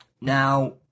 Now